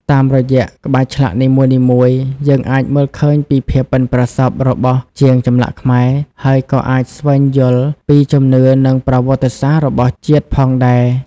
តាមរយៈក្បាច់ឆ្លាក់នីមួយៗ យើងអាចមើលឃើញពីភាពប៉ិនប្រសប់របស់ជាងចម្លាក់ខ្មែរ ហើយក៏អាចស្វែងយល់ពីជំនឿ និងប្រវត្តិសាស្រ្តរបស់ជាតិផងដែរ។